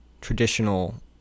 Traditional